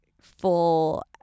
full